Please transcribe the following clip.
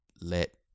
let